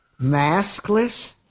maskless